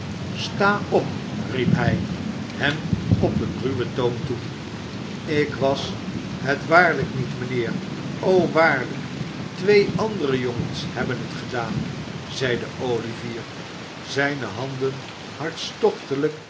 sta op riep hij hem op een ruwen toon toe ik was het waarlijk niet mijnheer o waarlijk twee andere jongens hebben het gedaan zeide olivier zijne handen